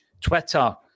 Twitter